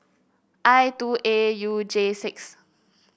I two A U J six